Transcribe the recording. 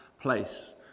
place